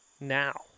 now